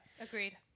Agreed